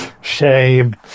Shame